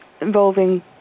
involving